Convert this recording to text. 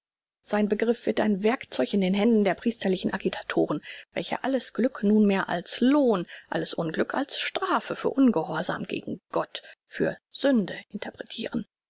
sein begriff wird ein werkzeug in den händen priesterlicher agitatoren welche alles glück nunmehr als lohn alles unglück als strafe für ungehorsam gegen gott für sünde interpretiren